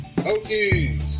Okay